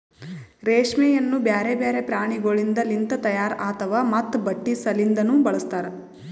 ರೇಷ್ಮೆಯನ್ನು ಬ್ಯಾರೆ ಬ್ಯಾರೆ ಪ್ರಾಣಿಗೊಳಿಂದ್ ಲಿಂತ ತೈಯಾರ್ ಆತಾವ್ ಮತ್ತ ಬಟ್ಟಿ ಸಲಿಂದನು ಬಳಸ್ತಾರ್